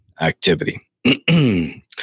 activity